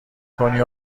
کنی